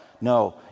No